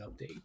update